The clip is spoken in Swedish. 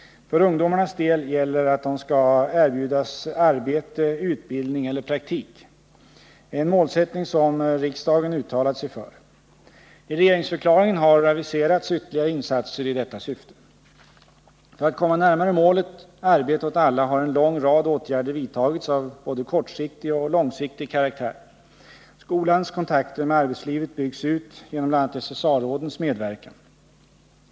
För ungdomarnas del gäller att de skall erbjudas arbete, utbildning eller praktik, och det är en målsättning som riksdagen uttalat sig för. I regeringsförklaringen har aviserats ytterligare insatser i detta syfte. För att komma närmare målet arbete åt alla har en lång rad åtgärder vidtagits av både kortsiktig och långsiktig karaktär. Skolans kontakter med arbetslivet byggs ut genom bl.a. SSA-rådens medverkan.